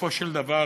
בסופו של דבר,